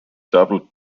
doubled